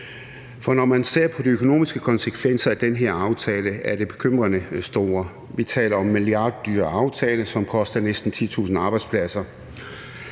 For når man ser på de økonomiske konsekvenser af den her aftale, er de bekymrende store. Vi taler om en milliarddyr aftale, som koster næsten 10.000 arbejdspladser,